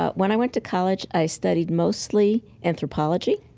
when i went to college, i studied mostly anthropology.